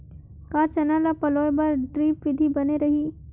का चना ल पलोय बर ड्रिप विधी बने रही?